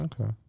Okay